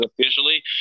officially